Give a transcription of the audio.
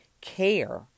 care